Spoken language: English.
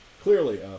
clearly